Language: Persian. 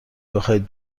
بخواهید